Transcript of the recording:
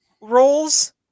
roles